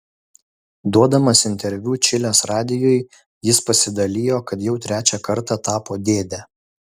duodamas interviu čilės radijui jis pasidalijo kad jau trečią kartą tapo dėde